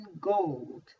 gold